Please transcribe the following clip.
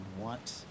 want